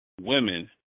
Women